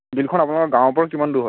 বিলখন আপোনাৰ গাঁৱৰ পৰা কিমান দূৰ হয়